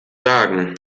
sagen